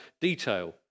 detail